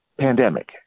Pandemic